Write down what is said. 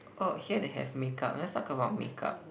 oh here they have makeup let's talk about makeup